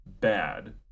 bad